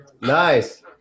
Nice